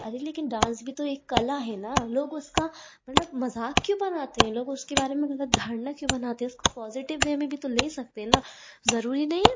अरे लेकिन डांस भी तो एक कला है ना लोग उसका मतलब मज़ाक क्यों बनाते हैं लोग उसके बारे में ग़लत धारणा क्यों बनाते हैं उसको पॉज़िटिव वे में भी तो ले सकते हैं ना ज़रूरी नहीं है